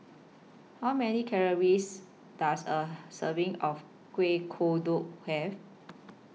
How Many Calories Does A Serving of Kueh Kodok Have